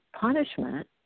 punishment